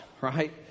right